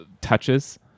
touches